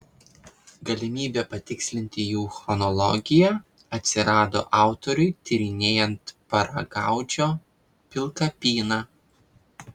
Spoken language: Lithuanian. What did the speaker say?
galimybė patikslinti jų chronologiją atsirado autoriui tyrinėjant paragaudžio pilkapyną